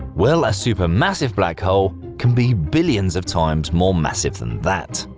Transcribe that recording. well, a supermassive black hole can be billions of times more massive than that,